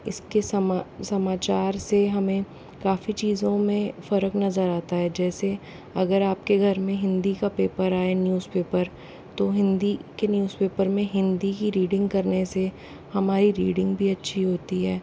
इसके समा समाचार से हमें काफ़ी चीज़ों में फ़र्क नज़र आता है जैसे अगर आपके घर में हिंदी का पेपर आये न्यूज़ पेपर तो हिंदी के न्यूज़ पेपर में हिंदी की रीडिंग करने से हमारी रीडिंग भी अच्छी होती है